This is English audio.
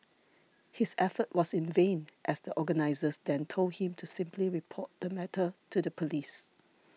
his effort was in vain as the organisers then told him to simply report the matter to the police